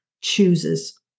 chooses